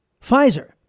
Pfizer